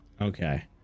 Okay